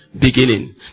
beginning